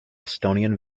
estonian